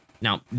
Now